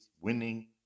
winning